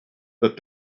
but